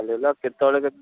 କାଲି ହେଲେ ଆଉ କେତେବେଳେ କେତ